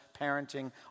parenting